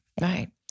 right